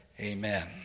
Amen